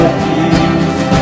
peace